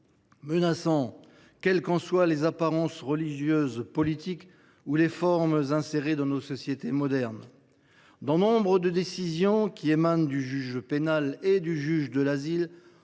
menaçant, quelles qu’en soient les apparences religieuses et politiques, ou les formes insérées dans nos sociétés modernes. Dans nombre de décisions émanant du juge pénal et du juge de l’asile,